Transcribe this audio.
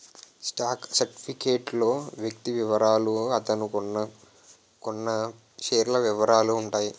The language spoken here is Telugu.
స్టాక్ సర్టిఫికేట్ లో వ్యక్తి వివరాలు అతను కొన్నకొన్న షేర్ల వివరాలు ఉంటాయి